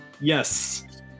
Yes